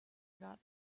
got